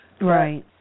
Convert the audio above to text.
Right